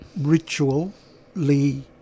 ritually